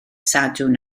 sadwrn